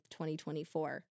2024